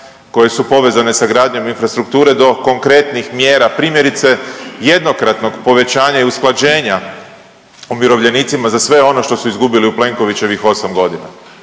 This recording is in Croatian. koje su povezane sa gradnjom infrastrukture do konkretnih mjera, primjerice, jednokratnog povećanja i usklađenja umirovljenicima, za sve ono što su izgubili u Plenkovićevih 8 godina,